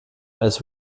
als